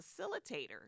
facilitator